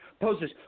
Poses